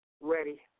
ready